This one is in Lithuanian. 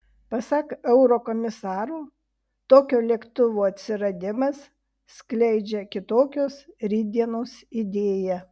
pasak eurokomisaro tokio lėktuvo atsiradimas skleidžia kitokios rytdienos idėją